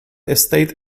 estate